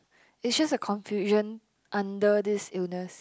it's just a confusion under this illness